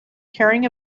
carrying